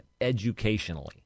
educationally